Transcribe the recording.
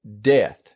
death